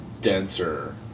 denser